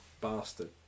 bastard